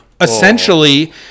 essentially